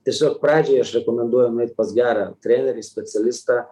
tiesiog pradžioj aš rekomenduoju nueit pas gerą trenerį specialistą